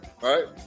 right